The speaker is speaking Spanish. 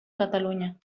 cataluña